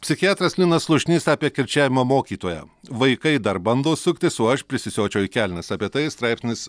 psichiatras linas slušnys apie kirčiavimo mokytoją vaikai dar bando suktis o aš prisisiočiau į kelnes apie tai straipsnis